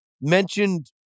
mentioned